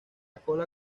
cola